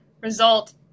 result